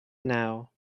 now